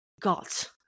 got